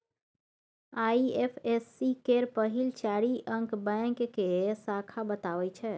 IFSC केर पहिल चारि अंक बैंक के शाखा बताबै छै